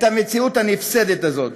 את המציאות הנפסדת הזאת.